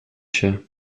się